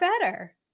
better